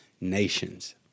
nations